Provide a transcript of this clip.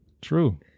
True